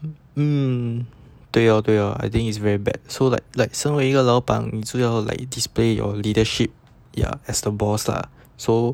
mm 对 lor 对 lor I think is very bad so like like so 身为一个老板你就要 like display your leadership ya as the boss lah so